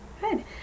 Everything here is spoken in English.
Good